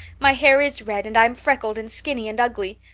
my hair is red and i'm freckled and skinny and ugly.